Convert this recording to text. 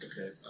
Okay